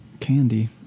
Candy